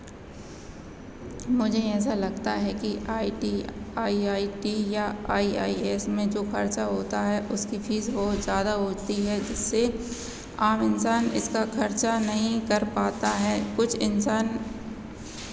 मुझे ऐसा लगता है की I T I I T या आइ आइ एस में जो खर्चा होता है उसकी फीस बहुत ज़्यादा होती है जिससे आम इंसान इसका खर्चा नहीं कर पाता है कुछ इंसान